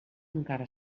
encara